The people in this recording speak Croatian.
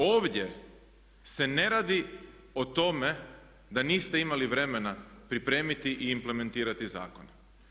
Ovdje se ne radi o tome da niste imali vremena pripremiti i implementirati zakone.